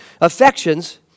affections